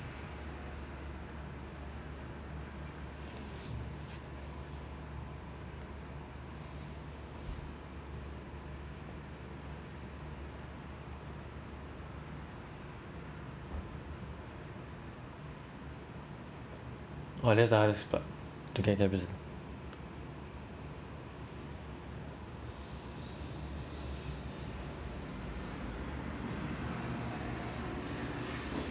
oh that’s the hardest part